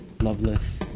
Loveless